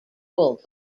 pulled